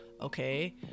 Okay